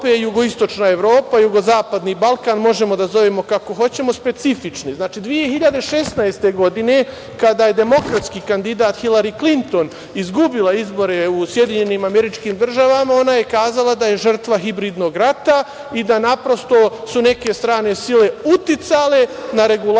jugoistočna Evropa, jugozapadni Balkan, možemo da zovemo kako hoćemo, specifični. Znači, 2016. godine kada je demokratski kandidat Hilari Klinton izgubila izbore u SAD ona je rekla da je žrtva hibridnog rata i da naprosto su neke strane sile uticale na regularnost